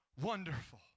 wonderful